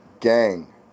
Gang